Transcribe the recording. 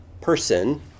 person